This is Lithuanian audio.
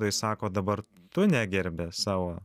tai sako dabar tu negerbi savo